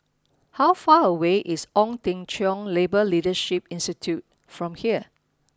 how far away is Ong Teng Cheong Labour Leadership Institute from here